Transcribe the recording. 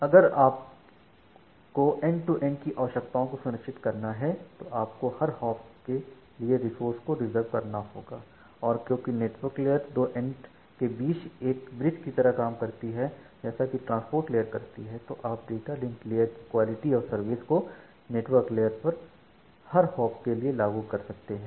अगर आपको end to end की आवश्यकताओं को सुनिश्चित करना है तो आपको हर होप के लिए रिसोर्ट को रिजर्व करना होगा और क्योंकि नेटवर्क लेयरदो एंड के बीच एक ब्रिज की तरह काम करती है जैसा कि ट्रांसपोर्ट लेयरकरती है और आप डाटा लिंक लेयरकी क्वालिटी ऑफ सर्विस को नेटवर्क लेयरपर हर होप के लिए लागू करते हैं